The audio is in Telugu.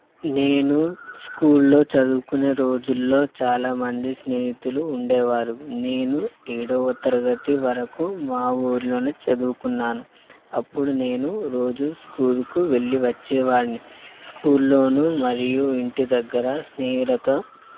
నేను స్కూల్లో చదువుకునే రోజుల్లో చాలామంది స్నేహితులు ఉండేవారు నేను ఏడవ తరగతి వరకు మా ఊర్లోనే చదువుకున్నాను అప్పుడు నేను రోజూ స్కూల్కు వెళ్ళి వచ్చేవాడ్ని స్కూల్లోనూ మరియు ఇంటిదగ్గర స్నేహితులతో